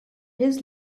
his